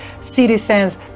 citizens